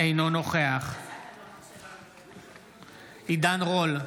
אינו נוכח עידן רול,